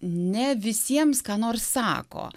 ne visiems ką nors sako